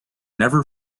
never